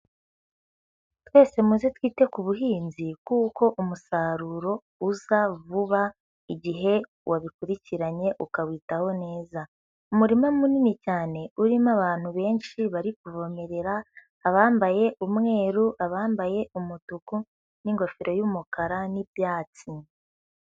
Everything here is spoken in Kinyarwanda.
Twese muze twite ku buhinzi kuko umusaruro uza vuba igihe wabikurikiranye ukawitaho neza, umurima munini cyane urimo abantu benshi bari kuvomerera, abambaye umweru, abambaye umutuku n'ingofero y'umukara n'ibyatsi.